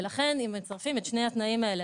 ולכן אם מצרפים את שני התנאים האלה,